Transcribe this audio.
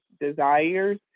desires